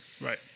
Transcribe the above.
Right